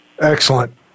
Excellent